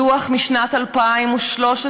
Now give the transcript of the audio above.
בדוח משנת 2013,